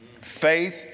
Faith